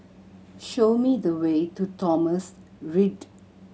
show me the way to Thomson Ridge